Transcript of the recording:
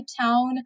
town